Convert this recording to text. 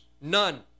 none